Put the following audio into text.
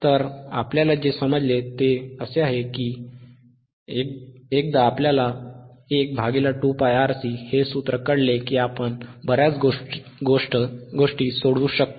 तर आपल्याला जे समजले ते असे की एकदा आपल्याला 12πRC हे सूत्र कळले की आपण बर्याच गोष्टी सोडवू शकतो